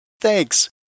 Thanks